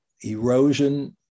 erosion